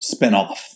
spinoff